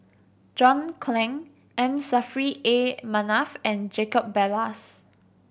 John Clang M Saffri A Manaf and Jacob Ballas